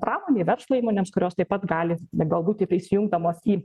pramonei verslo įmonėms kurios taip pat gali galbūt įsijungdamos jį